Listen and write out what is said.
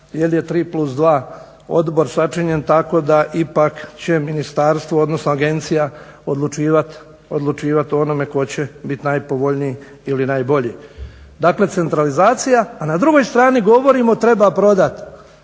jel je 3+2 odbor sačinjen, tako da će ipak agencija odlučivati o onome tko će biti najpovoljniji ili najbolji. Dakle, centralizacija, a na drugoj strani govorimo treba prodati